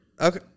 Okay